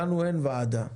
לנו אין ועדה.